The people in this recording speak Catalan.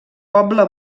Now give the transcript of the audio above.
poble